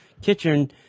Kitchen